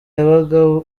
yabaga